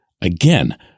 again